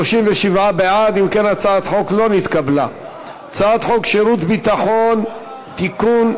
את הצעת חוק שירות מילואים (תיקון,